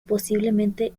posiblemente